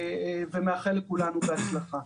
ומאחל לכולנו בהצלחה.